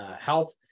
health